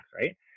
right